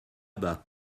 bas